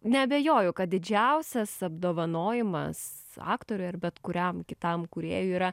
neabejoju kad didžiausias apdovanojimas aktoriui ar bet kuriam kitam kūrėjui yra